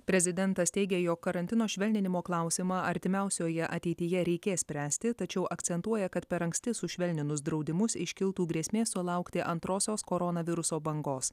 prezidentas teigia jog karantino švelninimo klausimą artimiausioje ateityje reikės spręsti tačiau akcentuoja kad per anksti sušvelninus draudimus iškiltų grėsmė sulaukti antrosios koronaviruso bangos